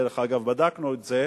דרך אגב, בדקנו את זה,